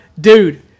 dude